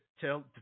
tell